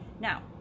Now